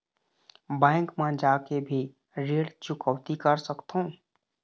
Bank मा जाके भी ऋण चुकौती कर सकथों?